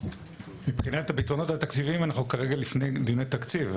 מבחינת הפתרונות התקציביים אנחנו כרגע לפני דיוני תקציב.